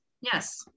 yes